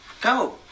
Go